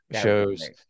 shows